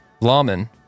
lawman